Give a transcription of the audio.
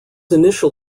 initial